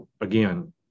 again